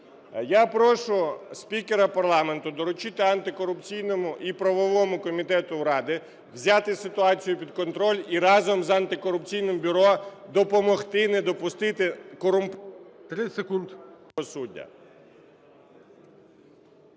Я прошу спікера парламенту доручити антикорупційному і правовому комітету Раду взяти ситуацію під контроль і разом з антикорупційним бюро допомогти не допустити… ГОЛОВУЮЧИЙ.